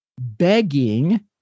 begging